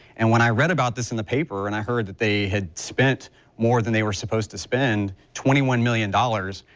and when i read about this in the paper and heard that they had spent more than they were supposed to spend twenty one million dollars.